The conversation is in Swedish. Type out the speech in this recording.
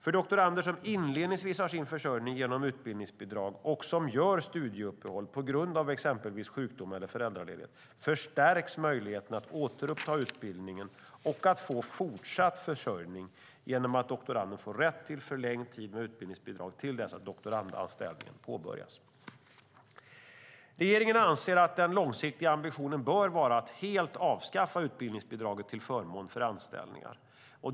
För doktorander som inledningsvis har sin försörjning genom utbildningsbidrag, och som gör studieuppehåll på grund av exempelvis sjukdom eller föräldraledighet, förstärks möjligheten att återuppta utbildningen och att få fortsatt försörjning genom att doktoranden får rätt till förlängd tid med utbildningsbidrag till dess att doktorandanställningen påbörjas. Regeringen anser att den långsiktiga ambitionen bör vara att helt avskaffa utbildningsbidraget till förmån för anställningar.